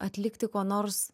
atlikti ko nors